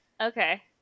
Okay